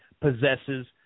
possesses